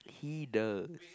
he does